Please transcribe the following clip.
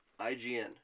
IGN